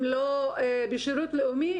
הם לא בשרות לאומי,